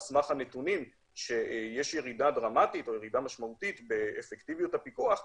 סמך הנתונים שיש ירידה משמעותית באפקטיביות הפיקוח,